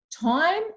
time